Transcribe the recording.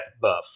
buff